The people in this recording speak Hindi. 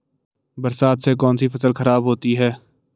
बरसात से कौन सी फसल खराब होती है?